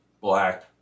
Black